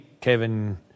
Kevin